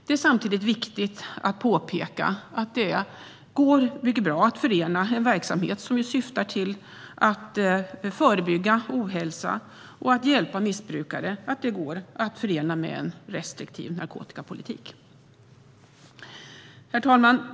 Det är samtidigt viktigt att påpeka att det går mycket bra att förena en verksamhet som syftar till att förebygga ohälsa och till att hjälpa missbrukare med en restriktiv narkotikapolitik. Herr talman!